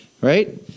right